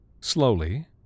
slowly